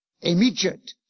Immediate